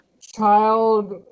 child